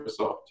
microsoft